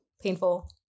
painful